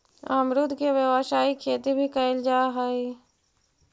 अमरुद के व्यावसायिक खेती भी कयल जा हई